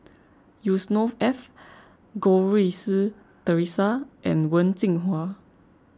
Yusnor Ef Goh Rui Si theresa and Wen Jinhua